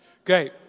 Okay